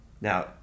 Now